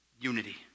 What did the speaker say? unity